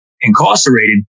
incarcerated